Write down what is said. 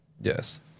Yes